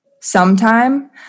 sometime